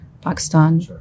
Pakistan